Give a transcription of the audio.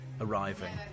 arriving